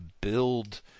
build